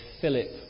Philip